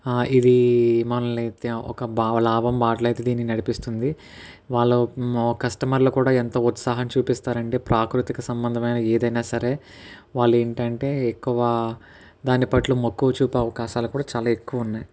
ఇది మనలని తే ఒక భావ లాభం బాటలో అయితే దీన్ని నడిపిస్తుంది వాళ్ళ కస్టమర్లు కూడా ఎంత ఉత్సాహం చూపిస్తారు అండి ప్రాకృతిక సంబంధమైన ఏదైనా సరే వాళ్ళు ఏంటి అంటే ఎక్కువ దాని పట్ల మక్కువచూపే అవకాశాలు కూడా చాలా ఎక్కువ ఉన్నాయి